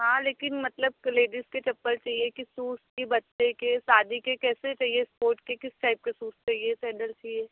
हाँ लेकिन मतलब के लेडीज़ के चप्पल चाहिए कि सूज कि बच्चे के शादी के कैसे चाहिए इस्पोट के किस टाइप के सूज चाहिए सैंडल चाहिए